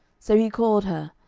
so he called her.